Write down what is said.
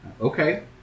Okay